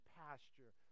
pasture